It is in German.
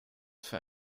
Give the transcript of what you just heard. für